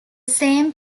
same